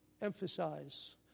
Emphasize